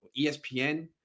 ESPN